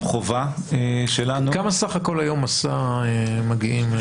חובה שלנו --- כמה סך הכול היום 'מסע' מגיעים?